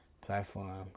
platform